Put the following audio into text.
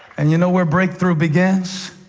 and you know where breakthrough begins?